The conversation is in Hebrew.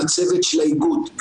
לצוות של האיגוד,